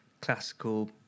classical